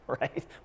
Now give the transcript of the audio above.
right